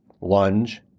lunge